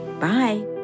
Bye